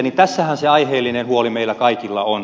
tässähän se aiheellinen huoli meillä kaikilla on